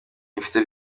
mfite